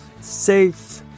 safe